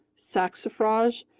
saxifrage,